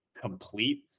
complete